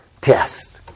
test